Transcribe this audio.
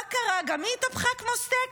מה קרה, גם היא התהפכה כמו סטייק?